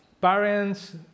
parents